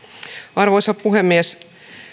arvoisa puhemies